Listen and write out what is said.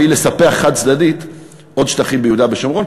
והוא לספח חד-צדדית עוד שטחים ביהודה ושומרון,